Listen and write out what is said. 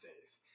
days